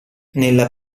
nella